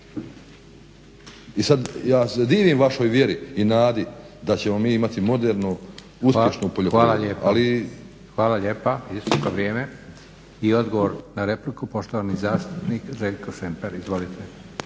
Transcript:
I sad ja se divim vašoj vjeri i nadi da ćemo mi imati modernu, uspješnu poljoprivredu. **Leko, Josip (SDP)** Hvala lijepa. Isteklo je vrijeme. I odgovor na repliku poštovani zastupnik Željko Šemper. Izvolite.